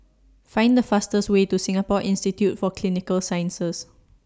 Find The fastest Way to Singapore Institute For Clinical Sciences